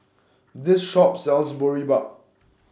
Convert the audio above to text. This Shop sells Boribap